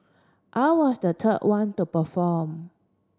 I was the third one to perform